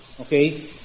Okay